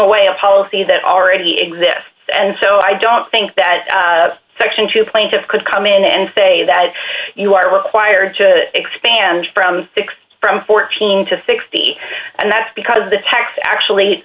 away a policy that already exists and so i don't think that section two plaintiffs could come in and say that you are required to expand from six from fourteen to sixty and that's because the text actually